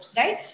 right